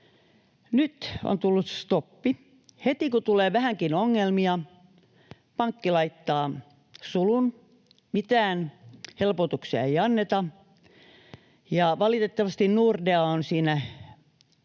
nyt on tullut stoppi. Heti kun tulee vähänkin ongelmia, pankki laittaa sulun, mitään helpotuksia ei anneta. Valitettavasti Nordea on siinä yksi